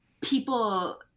people